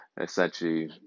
Essentially